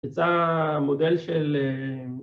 ‫הצעה המודל של...